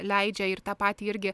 leidžia ir tą patį irgi